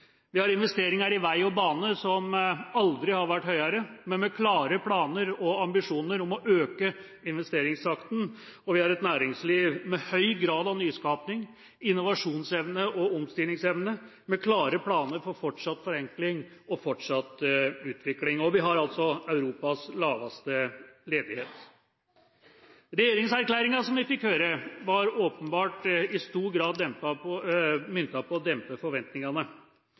Vi har investeringer i vei og bane som aldri har vært høyere, men med klare planer og ambisjoner om å øke investeringstakten. Vi har et næringsliv med høy grad av nyskaping, innovasjonsevne og omstillingsevne, med klare planer for fortsatt forenkling og fortsatt utvikling. Vi har også Europas laveste ledighet. Regjeringserklæringa vi fikk høre, var åpenbart